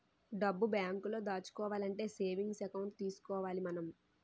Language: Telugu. డబ్బు బేంకులో దాచుకోవాలంటే సేవింగ్స్ ఎకౌంట్ తీసుకోవాలి మనం